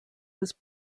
was